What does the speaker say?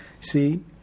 See